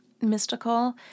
mystical